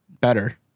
Better